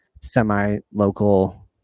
semi-local